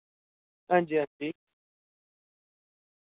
हांजी हांजी